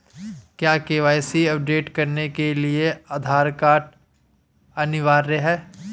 क्या KYC update करने के लिए आधार कार्ड अनिवार्य है?